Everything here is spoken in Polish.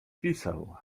pisał